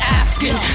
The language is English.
asking